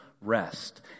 rest